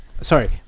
Sorry